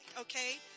okay